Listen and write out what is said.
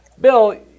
Bill